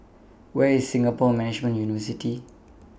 Where IS Singapore Management University